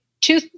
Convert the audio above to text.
two